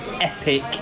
epic